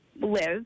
live